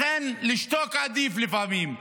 לכן לשתוק עדיף לפעמים.